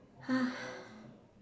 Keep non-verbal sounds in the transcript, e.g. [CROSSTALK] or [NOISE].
[BREATH]